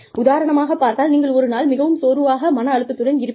உதாரணமாக பார்த்தால் நீங்கள் ஒரு நாள் மிகவும் சோர்வாக மன அழுத்தத்துடன் இருப்பீர்கள்